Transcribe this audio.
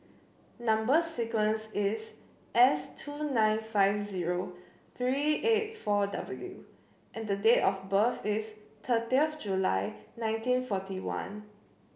number sequence is S two nine five zero three eight four W and the date of birth is thirty of July nineteen forty one